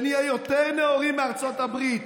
שנהיה יותר נאורים מארצות הברית,